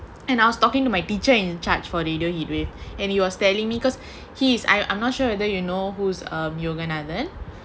and I was talking to my teacher in-charge for radio heatwave and he was telling me because he is I I'm not sure whether you know who's um yoganathan